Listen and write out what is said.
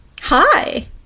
hi